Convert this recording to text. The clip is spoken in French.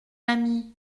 ami